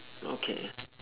okay